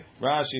Rashi